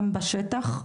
גם בשטח,